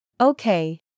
Okay